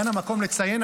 כאן המקום לציין,